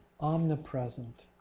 omnipresent